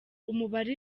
umubare